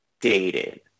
dated